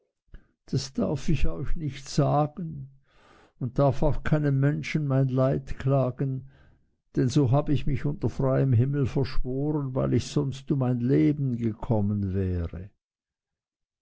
das darf ich euch nicht sagen und darf auch keinem menschen mein leid klagen denn so hab ich mich unter freiem himmel verschworen weil ich sonst um mein leben gekommen wäre